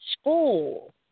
school